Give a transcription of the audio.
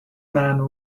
man